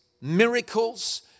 miracles